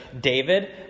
David